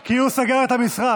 כי הוא סגר את המשרד.